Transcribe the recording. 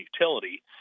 utility